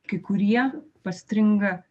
kai kurie pastringa